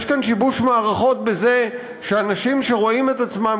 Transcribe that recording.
יש כאן שיבוש מערכות בזה שאנשים שרואים עצמם